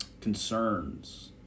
concerns